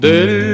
Del